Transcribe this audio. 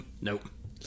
Nope